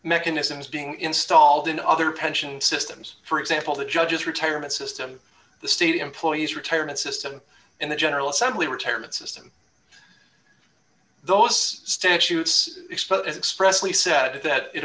mechanisms being installed in other pension systems for example the judge's retirement system the state employees retirement system and the general assembly retirement system those statutes expose expressly said that it